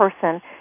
person